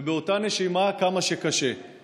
ובאותה נשימה כמה שקשה לחיות בה.